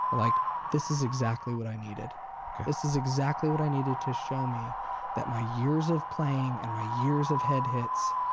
like this is exactly what i needed. okay this is exactly what i needed to show me that my years of playing and my years of head hits,